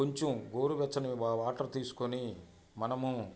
కొంచెం గోరు వెచ్చని వాటర్ తీసుకుని మనము